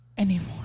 anymore